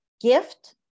gift